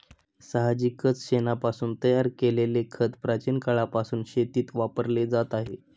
साहजिकच शेणापासून तयार केलेले खत प्राचीन काळापासून शेतीत वापरले जात आहे